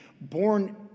born